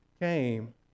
came